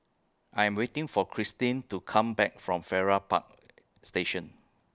I Am waiting For Christene to Come Back from Farrer Park Station